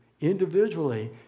individually